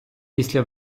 після